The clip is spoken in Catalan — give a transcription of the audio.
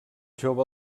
jove